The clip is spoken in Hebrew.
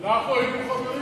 אנחנו היינו חברים בה?